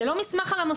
אלה לא מסמכים על המוסד.